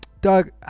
Doug